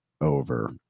over